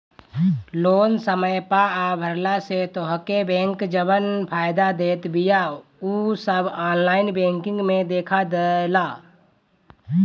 loan समय पअ भरला से तोहके बैंक जवन फायदा देत बिया उ सब ऑनलाइन बैंकिंग में देखा देला